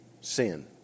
sin